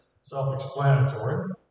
self-explanatory